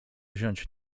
wziąć